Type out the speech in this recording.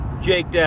Jake